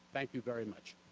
thank you very much.